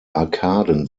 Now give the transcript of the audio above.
arkaden